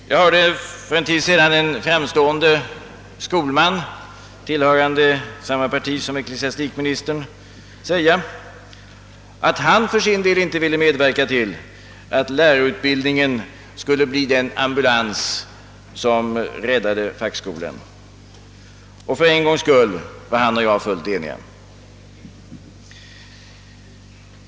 Jag hörde för en tid sedan en framstående skolman, tillhörande samma parti som ecklesiastikministern, säga att han för sin del inte ville medverka till att lärarutbildningen skulle bli den ambulans som räddade fackskolan. För en gångs skull var han och jag fullt eniga.